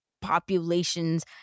populations